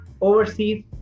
overseas